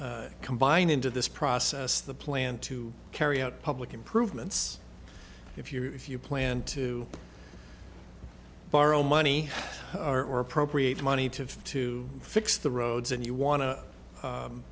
actually combine into this process the plan to carry out public improvements if you or if you plan to borrow money or appropriate money to to fix the roads and you want to